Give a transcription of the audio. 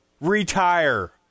Retire